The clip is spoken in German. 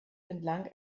entlang